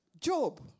Job